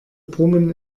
brummen